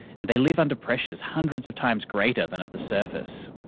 and they live under pressures hundreds of times greater than at the surface.